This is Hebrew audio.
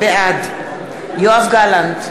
בעד יואב גלנט,